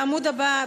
בעמוד הבא,